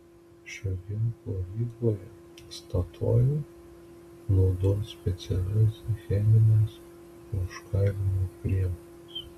šioje plovykloje statoil naudos specialias chemines vaškavimo priemones